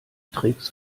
tricks